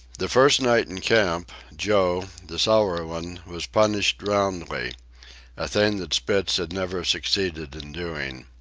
the first night in camp, joe, the sour one, was punished roundly a thing that spitz had never succeeded in doing.